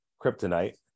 kryptonite